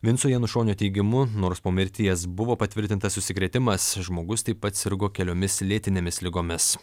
vinco janušonio teigimu nors po mirties buvo patvirtintas užsikrėtimas žmogus taip pat sirgo keliomis lėtinėmis ligomis